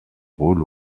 rôle